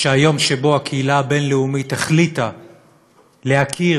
שהיום שבו הקהילה הבין-לאומית החליטה להכיר